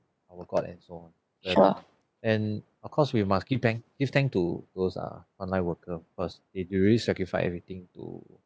from god and so on and of course we must give thank gives thank to those uh frontline worker because they really sacrifice everything to